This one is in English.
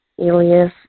alias